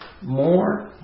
more